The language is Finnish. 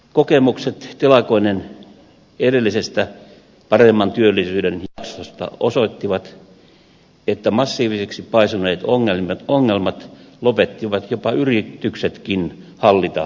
kokemukset telakoiden edellisestä paremman työllisyyden jaksosta osoittivat että massiiviseksi paisuneet ongelmat lopettivat jopa yrityksetkin hallita tilannetta